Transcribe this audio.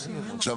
עכשיו,